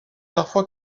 parfois